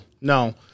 no